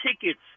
tickets